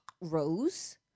rose